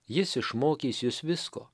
jis išmokys jus visko